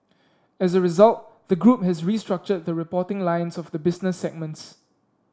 as a result the group has restructured the reporting lines of the business segments